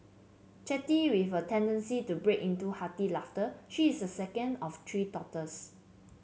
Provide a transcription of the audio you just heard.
chatty with a tendency to break into hearty laughter she is the second of three daughters